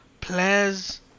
players